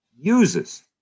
uses